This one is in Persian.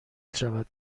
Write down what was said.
شود